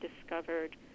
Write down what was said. discovered